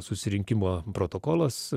susirinkimo protokolas